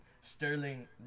Sterling